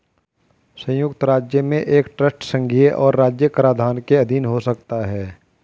संयुक्त राज्य में एक ट्रस्ट संघीय और राज्य कराधान के अधीन हो सकता है